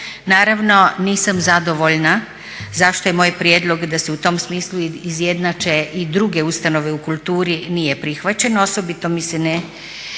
Naravno nisam zadovoljna zašto je moj prijedlog da se u tom smislu izjednače i druge ustanove u kulturi nije prihvaćeno. Osobito mi se ne